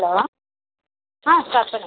hello ஆ start பண்ணுங்கள்